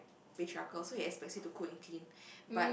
patriarchal so he aspects him to cook and clean but